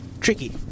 Tricky